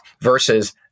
versus